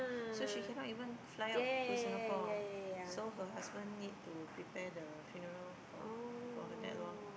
so she cannot even fly out to Singapore so her husband need to prepare the funeral for her for her dad lor